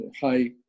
high